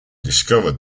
discovered